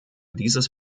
dieses